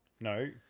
no